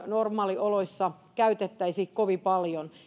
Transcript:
normaalioloissa käytettäisi kovin paljon